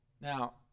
Now